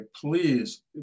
please